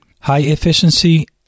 High-efficiency